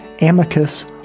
Amicus